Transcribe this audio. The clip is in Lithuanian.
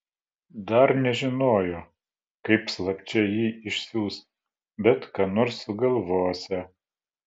dar nežinojo kaip slapčia jį išsiųs bet ką nors sugalvosią